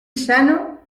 sano